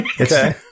Okay